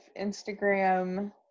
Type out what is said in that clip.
Instagram